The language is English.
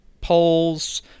polls